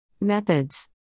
Methods